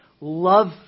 love